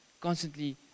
constantly